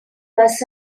was